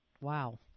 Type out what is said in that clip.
Wow